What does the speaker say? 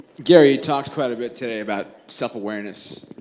gary, you talked quite a bit today about self-awareness.